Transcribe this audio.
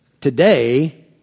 today